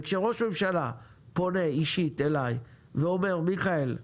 וכשראש ממשלה פונה אליי אישית ואומר 'מיכאל,